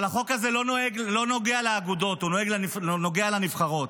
אבל החוק הזה לא נוגע לאגודות, הוא נוגע לנבחרות.